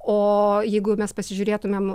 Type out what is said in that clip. o jeigu mes pasižiūrėtumėm